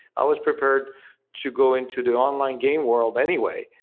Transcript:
i was prepared to go into the online game world anyway,